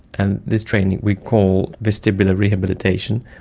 and this training we call vestibular rehabilitation,